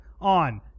on